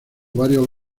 varios